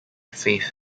faith